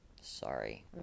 Sorry